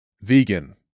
Vegan